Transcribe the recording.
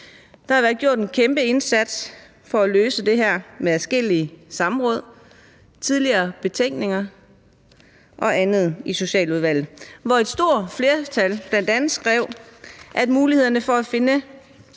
Der har været gjort en kæmpe indsats for at løse det her med adskillige samråd, betænkninger og andet i Socialudvalget, hvor et stort flertal bl.a. skrev, at mulighederne for at finde